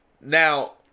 Now